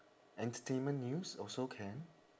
entertainment news also can